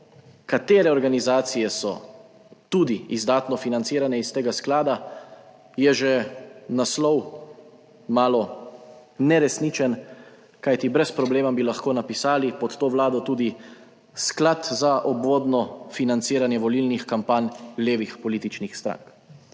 katere organizacije so tudi izdatno financirane iz tega sklada, je že naslov malo neresničen, kajti brez problema bi lahko napisali pod to vlado tudi Sklad za obvodno financiranje volilnih kampanj levih političnih strank.